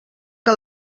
que